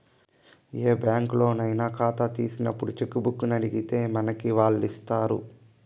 ఏ బ్యాంకులోనయినా కాతా తీసినప్పుడు చెక్కుబుక్కునడిగితే మనకి వాల్లిస్తారు